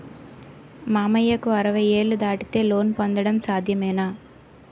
మామయ్యకు అరవై ఏళ్లు దాటితే లోన్ పొందడం సాధ్యమేనా?